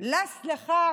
נס ליחה